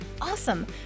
awesome